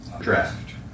Draft